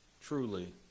truly